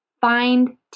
find